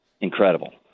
incredible